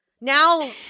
now